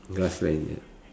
grassland ya